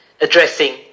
addressing